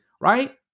right